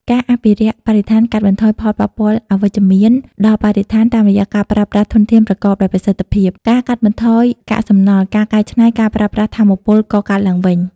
ការអភិរក្សបរិស្ថានកាត់បន្ថយផលប៉ះពាល់អវិជ្ជមានដល់បរិស្ថាន តាមរយៈការប្រើប្រាស់ធនធានប្រកបដោយប្រសិទ្ធភាព ការកាត់បន្ថយកាកសំណល់ ការកែច្នៃ ការប្រើប្រាស់ថាមពលកកើតឡើងវិញ ។